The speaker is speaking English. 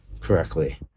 correctly